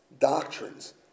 doctrines